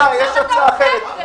יש הצעה אחרת.